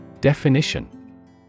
Definition